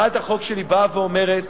הצעת החוק שלי באה ואומרת,